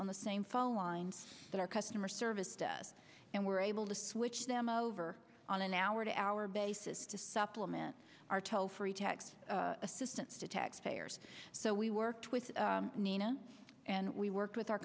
on the same phone lines that our customer service to us and we're able to switch them over on an hour to hour basis to supplement our toll free tax assistance to taxpayers so we worked with nina and we worked with our